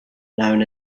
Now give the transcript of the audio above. known